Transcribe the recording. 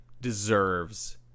deserves